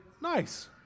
Nice